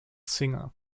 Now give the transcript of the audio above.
singer